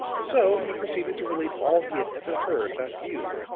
so he proceeded to relate all he had ever heard about you.